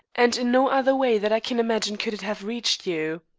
and in no other way that i can imagine could it have reached you.